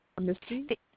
Misty